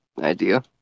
Idea